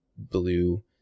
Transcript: blue